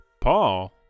Paul